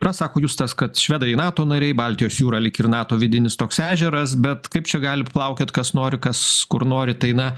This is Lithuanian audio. yra sako justas kad švedai nato nariai baltijos jūra lyg ir nato vidinis toks ežeras bet kaip čia gali plaukiot kas nori kas kur nori tai na